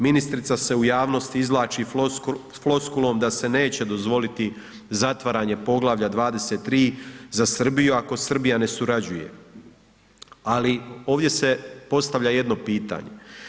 Ministrica se u javnosti izvlači floskulom da se neće dozvoliti zatvaranje Poglavlja 23. za Srbiju ako Srbija ne surađuje, ali ovdje se postavlja jedno pitanje.